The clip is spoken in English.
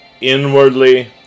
inwardly